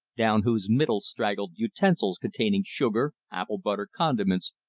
down whose middle straggled utensils containing sugar, apple-butter, condiments,